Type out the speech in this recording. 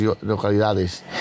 localidades